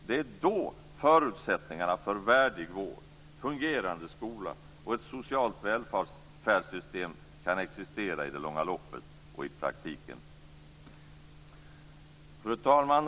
Det är då förutsättningarna för värdig vård, fungerade skola och ett socialt välfärdssystem kan existera i det långa loppet och i praktiken. Fru talman!